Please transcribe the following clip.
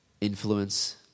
influence